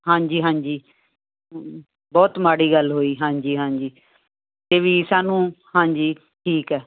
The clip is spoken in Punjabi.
ਹਾਂਜੀ ਹਾਂਜੀ ਬਹੁਤ ਮਾੜੀ ਗੱਲ ਹੋਈ ਹਾਂਜੀ ਹਾਂਜੀ ਤੇ ਵੀ ਸਾਨੂੰ ਹਾਂਜੀ ਠੀਕ ਐ